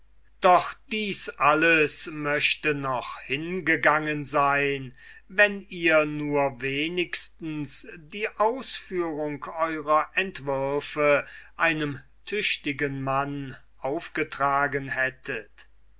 doch dies alles möchte noch hingegangen sein wenn ihr nur wenigstens die ausführung eurer entwürfe einem tüchtigen mann aufgetragen hättet